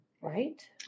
Right